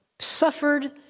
suffered